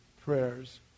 prayers